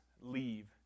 leave